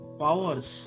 powers